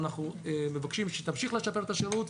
ואנחנו מבקשים שתמשיך לשפר את השירות,